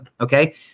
okay